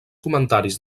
comentaris